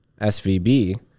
SVB